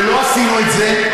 ולא עשינו את זה.